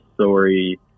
story